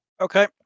Okay